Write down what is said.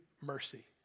mercy